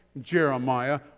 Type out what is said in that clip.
Jeremiah